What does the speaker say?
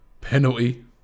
penalty